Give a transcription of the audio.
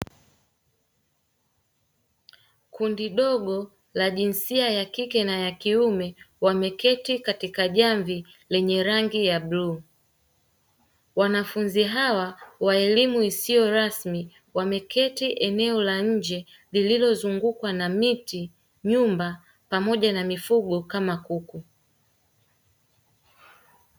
Kundi dogo la wanafunzi wa jinsia ya kike na ya kiume wameketi katika jukwaa lenye rangi ya bluu; wanafunzi hawa wa elimu isiyo rasmi wameketi katika eneo la nje lililozungukwa na miti, nyumba pamoja na mifugo kama kuku.